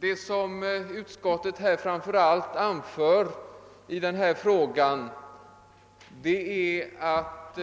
Vad utskottet framför allt anför i denna fråga är att